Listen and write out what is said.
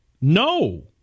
No